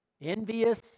envious